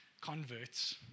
converts